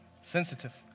Sensitive